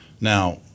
Now